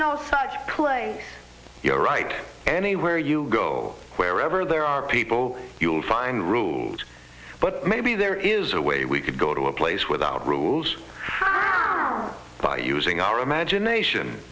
place you're right anywhere you go wherever there are people you'll find rules but maybe there is a way we could go to a place without rules by using our imagination